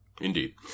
Indeed